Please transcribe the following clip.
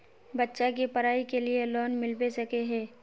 बच्चा के पढाई के लिए लोन मिलबे सके है?